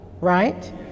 right